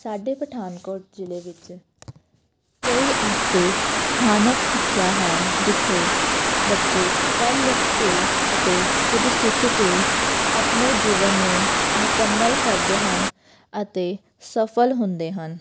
ਸਾਡੇ ਪਠਾਨਕੋਟ ਜ਼ਿਲ੍ਹੇ ਵਿੱਚ ਕਈ ਐਸੇ ਸਥਾਨਕ ਸਿੱਖਿਆ ਹੈ ਜਿੱਥੇ ਬੱਚੇ ਪੜ੍ਹ ਲਿਖ ਕੇ ਅਤੇ ਕੁਝ ਸਿੱਖ ਕੇ ਆਪਣੇ ਜੀਵਨ ਨੂੰ ਮੁਕੰਮਲ ਕਰਦੇ ਹਨ ਅਤੇ ਸਫਲ ਹੁੰਦੇ ਹਨ